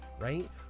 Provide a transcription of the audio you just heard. right